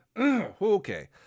okay